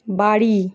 বাড়ি